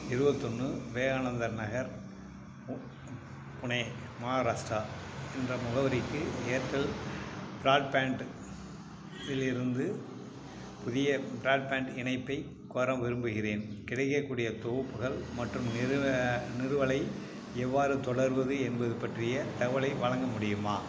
இருபத்தொன்னு விவேகானந்தர் நகர் பு புனே மகாராஷ்டிரா என்ற முகவரிக்கு ஏர்டெல் பிராட்பேண்ட் இலிருந்து புதிய பிராட்பேண்ட் இணைப்பைக் கோர விரும்புகிறேன் கிடைக்கக்கூடிய தொகுப்புகள் மற்றும் நிறுவ நிறுவலை எவ்வாறு தொடர்வது என்பது பற்றிய தகவலை வழங்க முடியுமா